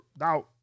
now